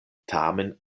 tamen